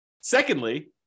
secondly